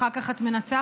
אחר כך את מנצחת?